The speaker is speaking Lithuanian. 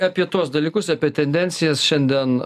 apie tuos dalykus apie tendencijas šiandien